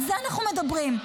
על זה אנחנו מדברים.